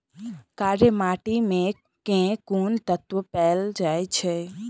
कार्य माटि मे केँ कुन तत्व पैल जाय छै?